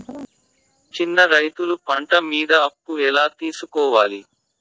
చిన్న రైతులు పంట మీద అప్పు ఎలా తీసుకోవాలి?